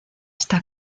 está